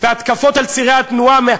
והתקפות על צירי התנועה.